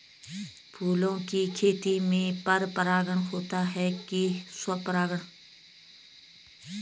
फूलों की खेती में पर परागण होता है कि स्वपरागण?